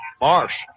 marsh